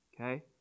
Okay